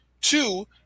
Two